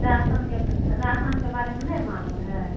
रासन के भा रासन के बारे में नहीं मालूम है